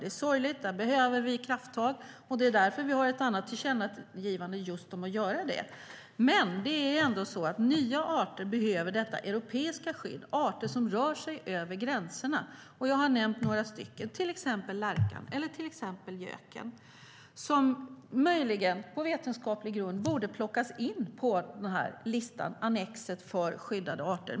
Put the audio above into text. Det är sorgligt, och där behöver vi ta krafttag. Det är därför vi har ett annat tillkännagivande om att göra just det. Men det är ändå så att nya arter behöver detta europeiska skydd. Det är arter som rör sig över gränserna. Jag har nämnt några, som lärkan och göken. De borde möjligen, på vetenskaplig grund, plockas in på listan, annexet, för skyddade arter.